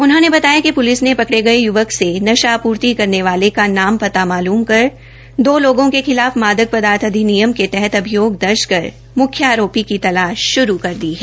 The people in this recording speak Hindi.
उन्होंने बताया कि प्लिस ने पकड़े गए य्वक से नशा आपूर्ति करने वाले का नाम पता मालूम कर दो लोगों के खिलाफ मादक पदार्थ अधिनियम के तहत अभियोग दर्ज कर मुख्य आरोपी की तलाश शुरु कर दी है